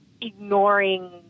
ignoring